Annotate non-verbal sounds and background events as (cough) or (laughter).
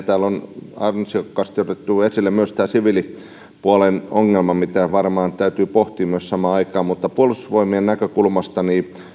(unintelligible) täällä on ansiokkaasti otettu esille myös tämä siviilipuolen ongelma mitä varmaan myös täytyy pohtia samaan aikaan mutta puolustusvoimien näkökulmasta